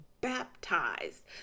baptized